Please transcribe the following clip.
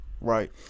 Right